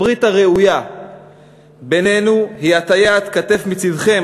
הברית הראויה בינינו היא הטיית כתף מצדכם,